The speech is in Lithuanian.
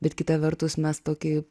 bet kita vertus mes tokį